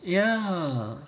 ya